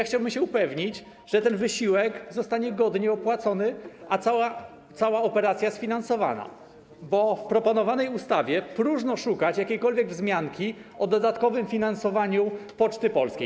Chciałbym się upewnić, że ten wysiłek zostanie godnie opłacony, a cała operacja sfinansowana, bo w proponowanej ustawie próżno szukać jakiejkolwiek wzmianki o dodatkowym finansowaniu Poczty Polskiej.